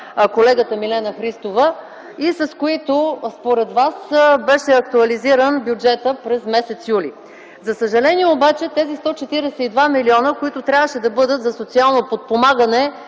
колегата Милена Христова и с които според Вас беше актуализиран бюджетът през м. юли. За съжаление обаче тези 142 милиона, които трябваше да бъдат за социално подпомагане,